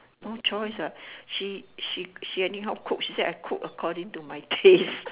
no choice what she she she anyhow cook she say I cook according to my taste